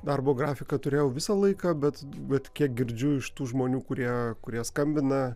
darbo grafiką turėjau visą laiką bet bet kiek girdžiu iš tų žmonių kurie kurie skambina